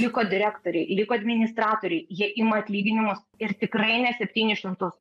liko direktoriai liko administratoriai jie ima atlyginimus ir tikrai ne septynis šimtus